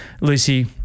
Lucy